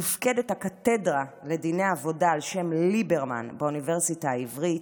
מופקדת הקתדרה לדיני עבודה על שם ליברמן באוניברסיטה העברית,